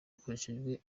hakoreshejwe